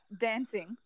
dancing